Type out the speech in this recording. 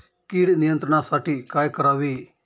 कीड नियंत्रणासाठी काय करावे?